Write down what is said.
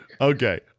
Okay